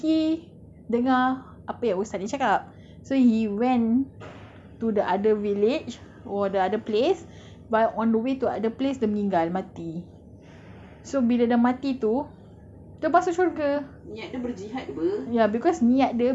no this is another ustaz so he dengar apa yang ustaz ni cakap so he went to the other village or the other place but on the way to other place dia meninggal mati so bila dia mati tu terus masuk syurga